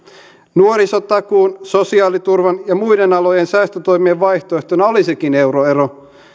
nuorisotakuun sosiaaliturvan ja muiden alojen säästötoimien vaihtoehtona olisikin euroero